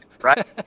right